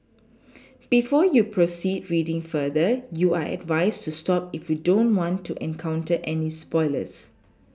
before you proceed reading further you are advised to stop if you don't want to encounter any spoilers